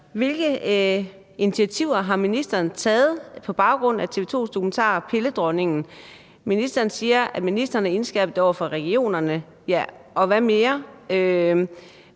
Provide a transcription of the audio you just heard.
Hvilke initiativer har ministeren taget på baggrund af TV 2's dokumentar »Pilledronningen«? Ministeren siger, at han har indskærpet det over for regionerne, men hvad mere?